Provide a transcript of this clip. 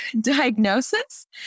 diagnosis